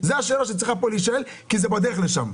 זו השאלה שצריכה להישאל פה, כי זה בדרך לשם.